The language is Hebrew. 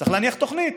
צריך להניח תוכנית.